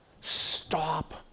stop